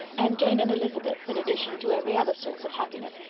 and jane and elizabeth, in addition to every other source of happiness,